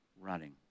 running